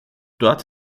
dort